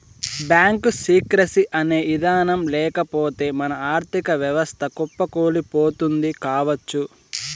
bank secrecy అనే ఇదానం లేకపోతె మన ఆర్ధిక వ్యవస్థ కుప్పకూలిపోతుంది కావచ్చు